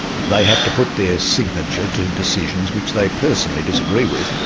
they have to put their signature to decisions which they personally disagree with,